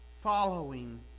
following